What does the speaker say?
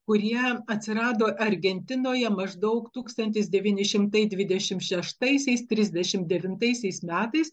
kurie atsirado argentinoje maždaug tūkstantis devyni šimtai dvidešimt šeštaisiais trisdešimt devintaisiais metais